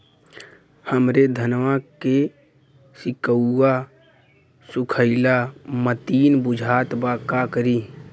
हमरे धनवा के सीक्कउआ सुखइला मतीन बुझात बा का करीं?